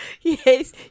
Yes